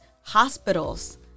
hospitals